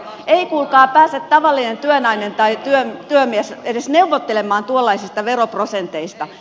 ei kuulkaa pääse tavallinen työnainen tai työmies edes neuvottelemaan tuollaisista veroprosenteista